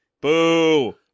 Boo